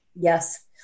Yes